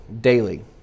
daily